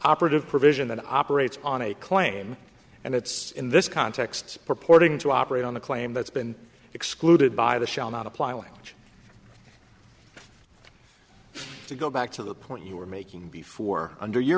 operative provision than operates on a claim and it's in this context purporting to operate on the claim that's been excluded by the shall not apply language to go back to the point you were making before under your